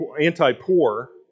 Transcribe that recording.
anti-poor